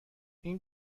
این